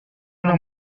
una